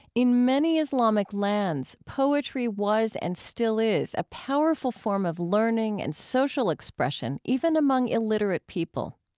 in many islamic lands, poetry was and still is a powerful form of learning and social expression even among illiterate people.